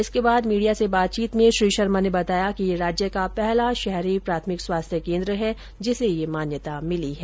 इसके बाद मीडिया से बातचीत में श्री शर्मा ने बताया कि यह राज्य का पहला शहरी प्राथमिक स्वास्थ्य केन्द्र है जिसे यह मान्यता मिली है